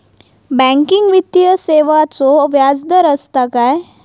Banking वित्तीय सेवाचो व्याजदर असता काय?